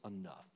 enough